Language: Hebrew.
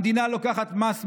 המדינה לוקחת מס מאנשים,